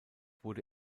wurde